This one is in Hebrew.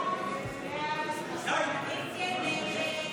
הסתייגות 86 לא נתקבלה.